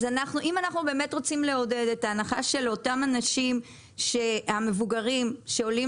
אז אם אנחנו באמת רוצים לעודד את ההנחה של אותם מבוגרים שעולים